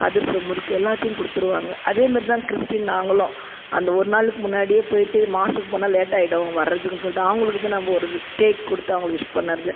அதிரசம் முறுக்கு எல்லாத்தையும் கொடுத்துருவாங்க அதேமாரி தான் கிறிஸ்டீன் நாங்களும் அந்த ஒரு நாளுக்கு முன்னாடியே போய்ட்டு மாஸுக்கு போனால் லேட் ஆகிடும் வர்றதுக்குனு சொல்லிட்டு அவங்களுக்கு போய் நம்ம ஒரு கேக் கொடுத்து அவங்கள விஷ் பண்ணுறது